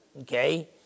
okay